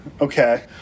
Okay